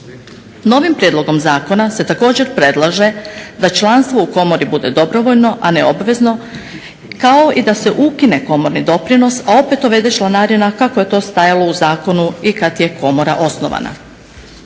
Novim prijedlogom zakona se također predlaže da članstvo u komori bude dobrovoljno, a ne obvezno kao i da se ukine komorni doprinos, a opet uvede članarina kako je to stajalo u zakonu i kad je komora osnovana.